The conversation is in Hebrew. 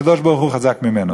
הקדוש-ברוך-הוא חזק ממנו.